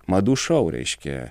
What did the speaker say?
madų šou reiškia